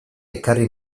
ekarri